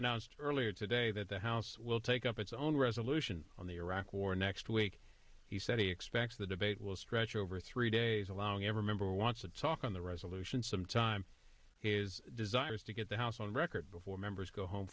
announced earlier today that the house will take up its own resolution on the iraq war next week he said he expects the debate will stretch over three days allowing every member wants to talk on the resolution sometime his desires to get the house on record before members go home